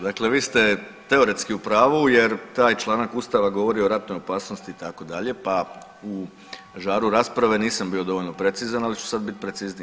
Dakle, vi ste teoretski u pravu jer taj članak ustava govori o ratnoj opasnosti itd. pa u žaru rasprave nisam bio dovoljno precizan, ali ću sad bit precizniji.